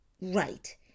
right